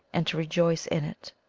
and to rejoice in it.